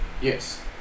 Yes